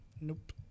Nope